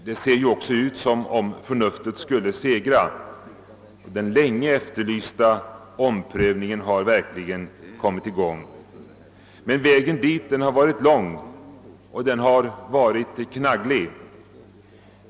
Det ser ju också ut som om förnuftet skulle segra. Den länge efterlysta omprövningen har verkligen kommit i gång. Men vägen dit har varit lång och knagglig.